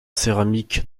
céramique